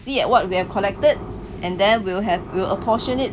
see at what we have collected and then will have we'll apportion it